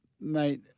Mate